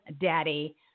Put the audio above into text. daddy